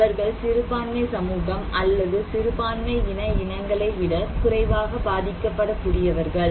அவர்கள் சிறுபான்மை சமூகம் அல்லது சிறுபான்மை இன இனங்களை விட குறைவாக பாதிக்கப்படக்கூடியவர்கள்